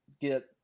get